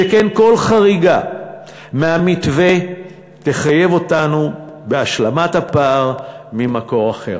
שכן כל חריגה מהמתווה תחייב אותנו בהשלמת הפער ממקור אחר,